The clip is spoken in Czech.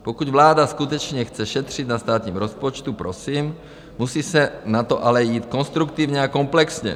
Pokud vláda skutečně chce šetřit na státním rozpočtu, prosím, musí se na to ale jít konstruktivně a komplexně.